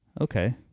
Okay